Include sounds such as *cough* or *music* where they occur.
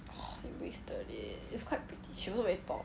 *breath* you wasted it it's quite pretty she also very tall